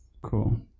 Cool